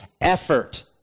effort